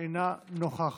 אינה נוכחת,